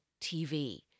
TV